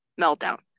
meltdown